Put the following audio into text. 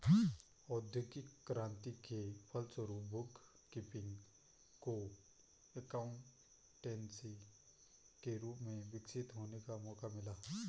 औद्योगिक क्रांति के फलस्वरूप बुक कीपिंग को एकाउंटेंसी के रूप में विकसित होने का मौका मिला